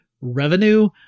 revenue